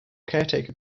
caretaker